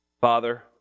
Father